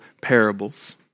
parables